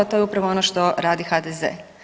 To je upravo ono što radi HDZ.